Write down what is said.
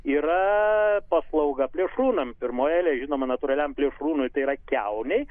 yra paslauga plėšrūnam pirmoj eilėj žinoma natūraliam plėšrūnui tai yra kiaunei